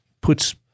puts